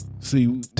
See